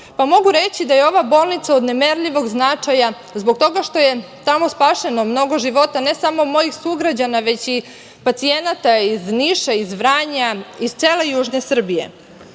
pa mogu reći da je ova bolnica od nemerljivog značaja zbog toga što je tamo spašeno mnogo života, ne samo mojih sugrađana, već i pacijenata iz Niša, iz Vranja, iz cele južne Srbije. Važna